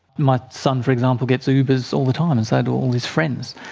my son, for example, gets ubers all the time and so do all his friends.